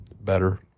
Better